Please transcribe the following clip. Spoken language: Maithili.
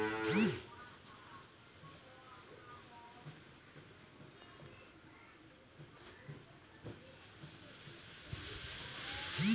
उद्यमिता मुख्य रूप से चार प्रकार के होय छै